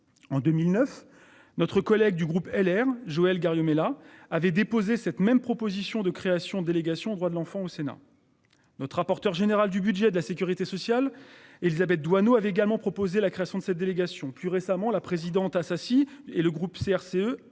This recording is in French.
en 2009. Notre collègue du groupe LR Joël Garrigue. Avait déposé cette même proposition de création délégation aux droits de l'enfant au Sénat. Notre rapporteur général du budget de la Sécurité sociale. Élisabeth Doineau avait également proposé la création de cette délégation plus récemment la présidente Assassi et le groupe CRCE